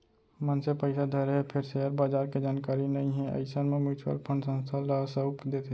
मनसे पइसा धरे हे फेर सेयर बजार के जानकारी नइ हे अइसन म म्युचुअल फंड संस्था ल सउप देथे